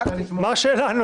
מה השאלה?